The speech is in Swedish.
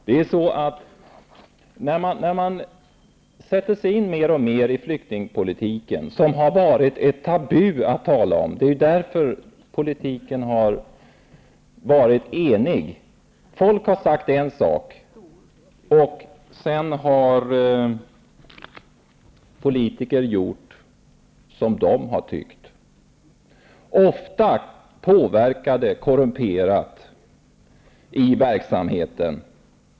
Herr talman! Det har varit tabu att tala om flyktingpolitiken. När man sätter sig in i flyktingpolitiken ser man mer och mer att det är därför som den har varit enig. Folket har sagt en sak och sedan har politiker gjort som de har tyckt, ofta korrumperat påverkade i verksamheten.